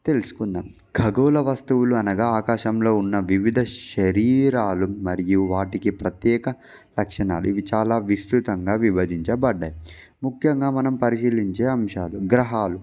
తెలుసుకుందాం గోల వస్తువులు అనగా ఆకాశంలో ఉన్న వివిధ శరీరాలు మరియు వాటికి ప్రత్యేక లక్షణాలు ఇవి చాలా విస్తృతంగా విభజించబడ్డాయి ముఖ్యంగా మనం పరిశీలించే అంశాలు గ్రహాలు